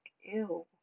ew